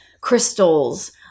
crystals